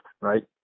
right